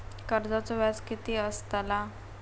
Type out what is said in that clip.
कर्जाचो व्याज कीती असताला?